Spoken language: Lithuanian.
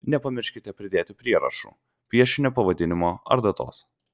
nepamirškite pridėti prierašų piešinio pavadinimo ar datos